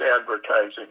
advertising